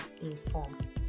informed